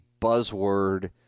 buzzword